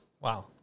Wow